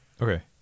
okay